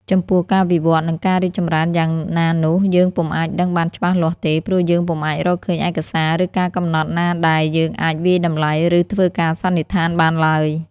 ចំពោះការវិវឌ្ឍន៍ និងការរីកចម្រើនយ៉ាងណានោះ យើងពុំអាចដឹងបានច្បាស់លាស់ទេ ព្រោះយើងពុំអាចរកឃើញឯកសារ ឬការកំណត់ណាដែល យើងអាចវាយតំលៃ ឬ ធ្វើការសន្និដ្ឋាន បានឡើយ ។